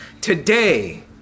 Today